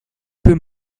peut